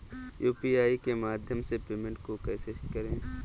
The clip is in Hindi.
यू.पी.आई के माध्यम से पेमेंट को कैसे करें?